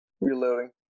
Reloading